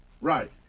Right